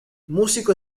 músico